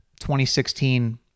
2016